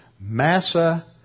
Massa